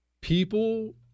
people